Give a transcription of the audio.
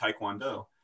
taekwondo